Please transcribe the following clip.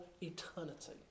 eternity